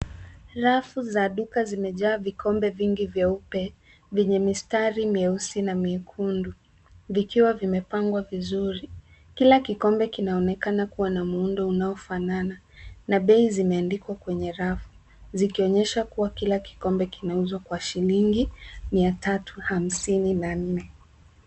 Rafu za duka zimejaa vikombe vingi vyeupe vyenye mistari mieusi na myekundu vikiwa vimepangwa vizuri. Kila kikombe kinaonekana kuwa na muundo unaofanaya na bei zimeandikwa kwenye rafu, zikionyesha kuwa kila kikombe kinauzwa kwa shilingi mia tatu hamsini na nne.